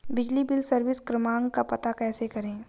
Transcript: बिजली bill service क्रमांक का पता कैसे करें?